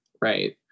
Right